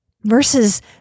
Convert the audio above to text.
versus